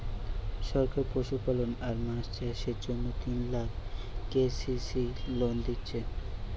সরকার পশুপালন আর মাছ চাষের জন্যে তিন লাখ কে.সি.সি লোন দিচ্ছে